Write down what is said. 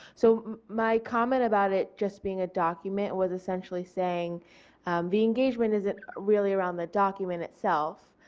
so my comments about it just being a document was essentially saying the engagement isn't really around the document itself,